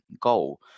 goal